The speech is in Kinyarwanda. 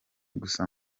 gusa